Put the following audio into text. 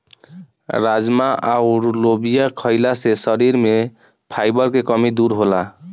राजमा अउर लोबिया खईला से शरीर में फाइबर के कमी दूर होला